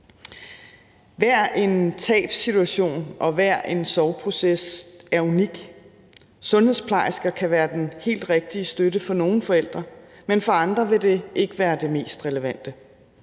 Hver en tabssituation og hver en sorgproces er unik. Sundhedsplejersker kan være den helt rigtige støtte for nogle forældre, men for andre vil det ikke være det mest relevante.